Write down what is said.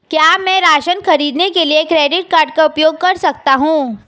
क्या मैं राशन खरीदने के लिए क्रेडिट कार्ड का उपयोग कर सकता हूँ?